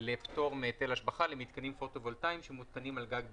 לפטור מהיטל השבחה למתקנים פוטו-וולטאים שמותקנים על גג בניין.